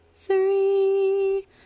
three